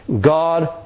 God